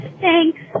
thanks